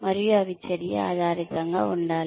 మరియు అవి చర్య ఆధారితంగా ఉండాలి